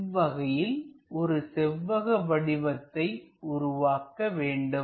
இவ்வகையில் ஒரு செவ்வக வடிவத்தை உருவாக்க வேண்டும்